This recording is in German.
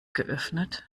geöffnet